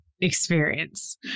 experience